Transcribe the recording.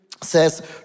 says